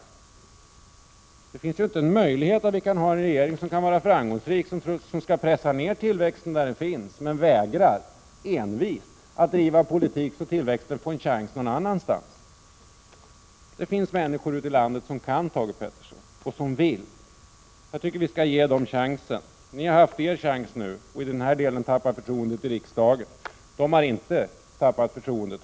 Det finns ju inte en möjlighet att en regering kan vara framgångsrik som vill pressa ner tillväxten där den finns men envist vägrar att driva en sådan politik att tillväxten får en chans någon annanstans. Det finns människor ute i landet som kan och som vill. Jag tycker att vi skall ge dem chansen. Ni har haft er chans nu och i den här delen tappat förtroendet i riksdagen. De har inte förlorat förtroendet.